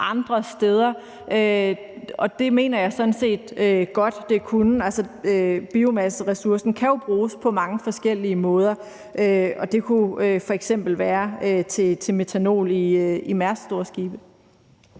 andre steder – og det mener jeg sådan set godt det kunne. Altså, biomasseressourcen kan jo bruges på mange forskellige måder, og det kunne f.eks. være til metanol i Mærsks store skibe.